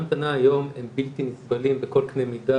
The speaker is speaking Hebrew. ההמתנה היום הם בלתי נסבלים בכל קנה מידה,